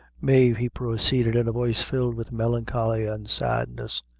mave, he proceeded, in a voice filled with melancholy and sadness,